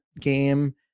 game